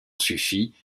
suffit